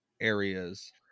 areas